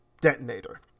detonator